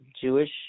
Jewish